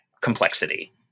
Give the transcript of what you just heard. complexity